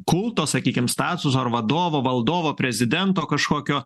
kulto sakykim statuso ar vadovo valdovo prezidento kažkokio